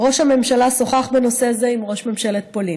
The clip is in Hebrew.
ראש הממשלה שוחח בנושא זה עם ראש ממשלת פולין.